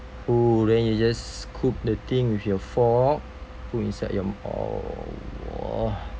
oh then you just scoop the thing with your fork put inside your mouth